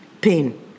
pain